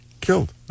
killed